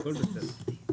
הכל בסדר.